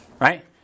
Right